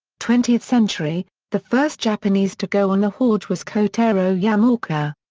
twentieth century the first japanese to go on the hajj was kotaro yamaoka.